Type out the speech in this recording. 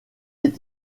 est